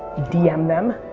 dm them,